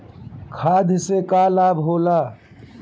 खाद्य से का लाभ होला?